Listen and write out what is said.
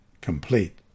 complete